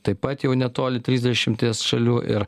taip pat jau netoli trisdešimties šalių ir